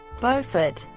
beaufort,